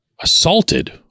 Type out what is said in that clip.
assaulted